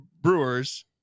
brewers